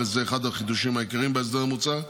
וזה אחד החידושים העיקריים בהסדר המוצע,